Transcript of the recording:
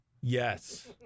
Yes